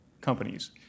companies